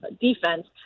defense